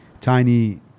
tiny